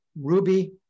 Ruby